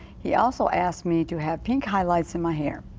he also asked me to have pink highlights in my hair.